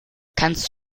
kannst